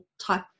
type